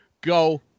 go